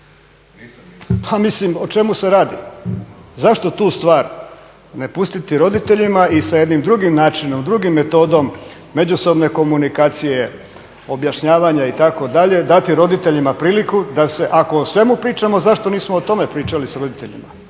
Pa mislim o čemu se radi! Zašto tu stvar ne pustiti roditeljima i sa jednim drugim načinom, drugom metodom međusobne komunikacije, objašnjavanja itd. dati roditeljima priliku da se ako o svemu pričamo zašto nismo o tome pričali sa roditeljima.